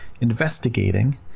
investigating